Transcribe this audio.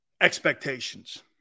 expectations